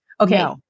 Okay